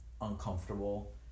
uncomfortable